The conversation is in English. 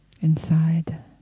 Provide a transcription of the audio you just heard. inside